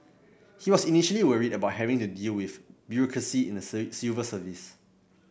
he was initially worried about having to deal with bureaucracy in the civil service